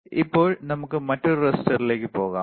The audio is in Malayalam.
ഇപ്പോൾ നമുക്ക് മറ്റൊരു റെസിസ്റ്ററിലേക്ക് പോകാം